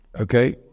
okay